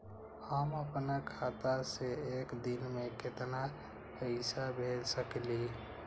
हम अपना खाता से एक दिन में केतना पैसा भेज सकेली?